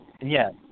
Yes